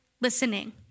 listening